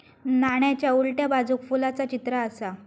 नाण्याच्या उलट्या बाजूक फुलाचा चित्र आसा